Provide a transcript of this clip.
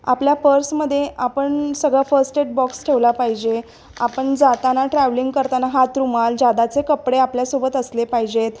आपल्या पर्समध्ये आपण सगळं फर्स्ट एड बॉक्स ठेवला पाहिजे आपण जाताना ट्रॅव्हलिंग करताना हात रुमाल जादाचे कपडे आपल्यासोबत असले पाहिजेत